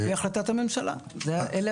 זה על פי החלטת הממשלה, אלה